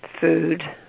Food